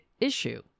issue